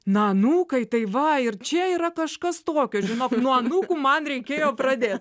na anūkai tai va ir čia yra kažkas tokio žinok nuo anūkų man reikėjo pradėt